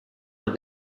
that